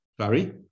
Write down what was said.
Sorry